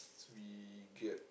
we get